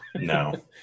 No